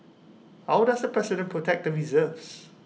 how does the president protect the reserves